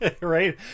Right